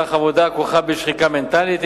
כך עבודה הכרוכה בשחיקה מנטלית,